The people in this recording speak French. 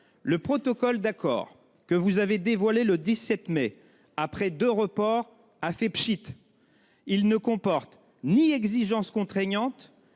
Le protocole d'accord que vous avez dévoilé le 17 mai après 2 reports a fait pschitt. Il ne comporte ni exigences contraignantes